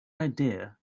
idea